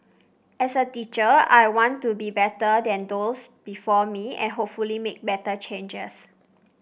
as a teacher I want to be better than those before me and hopefully make better changes